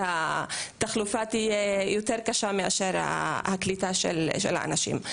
והתחלופה תהיה יותר קשה מאשר הקליטה של האנשים.